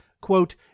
quote